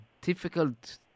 difficult